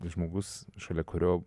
žmogus šalia kurio